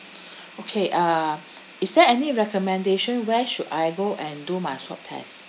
okay uh is there any recommendation where should I go and do my swab test